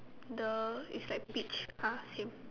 the is like peach ah same